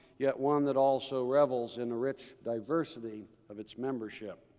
yet one that also revels in the rich diversity of its membership.